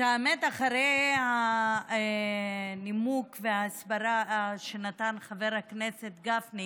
האמת, אחרי הנימוק וההסבר שנתן חבר הכנסת גפני